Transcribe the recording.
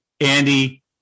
Andy